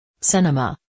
Cinema